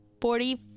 forty